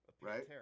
Right